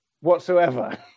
Whatsoever